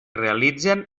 realitzin